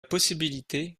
possibilité